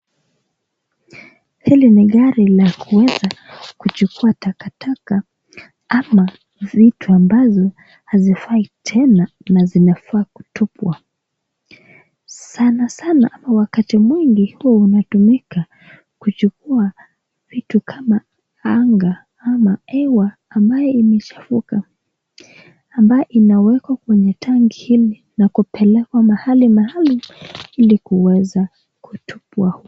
Hili ni gari la kuuza, kuchukua takataka ama vitu ambazo hazifai tena na zinafaa kutupwa. Sanasana wakati mingi huwa unatumika kuchukua vitu kama panga au hewa ambaye imechafuka ambaye inawekwa kwenye tangi ili la kupelekwa mahali maalum ili kuweza kutupwa.